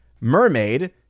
mermaid